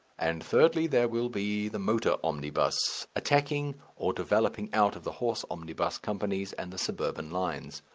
and thirdly there will be the motor omnibus, attacking or developing out of the horse omnibus companies and the suburban lines.